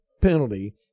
penalty